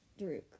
Druk